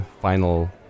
final